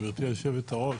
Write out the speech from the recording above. גברתי יושבת הראש,